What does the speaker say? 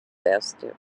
best